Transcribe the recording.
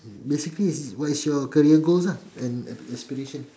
basically is what is your career goals lah and aspirations